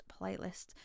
playlist